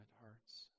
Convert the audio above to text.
hearts